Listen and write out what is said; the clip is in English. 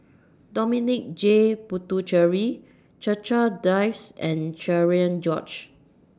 Dominic J Puthucheary Checha Davies and Cherian George